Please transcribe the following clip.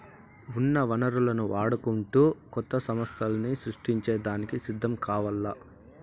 ఉన్న వనరులను వాడుకుంటూ కొత్త సమస్థల్ని సృష్టించే దానికి సిద్ధం కావాల్ల